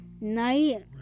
Night